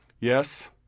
Yes